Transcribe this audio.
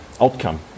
outcome